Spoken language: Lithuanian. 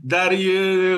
dar į